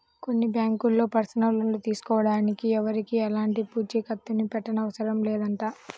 కొన్ని బ్యాంకుల్లో personal loan తీసుకోడానికి ఎవరికీ ఎలాంటి పూచీకత్తుని పెట్టనవసరం లేదంట